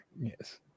yes